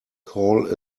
call